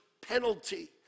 penalty